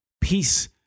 peace